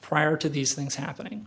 prior to these things happening